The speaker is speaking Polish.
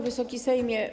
Wysoki Sejmie!